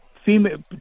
female